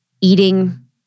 eating